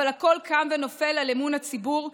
אבל הכול קם ונופל על אמון הציבור,